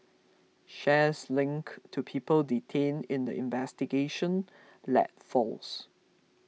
shares linked to people detained in the investigation led falls